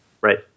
Right